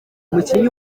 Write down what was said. umukinnyi